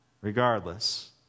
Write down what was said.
Regardless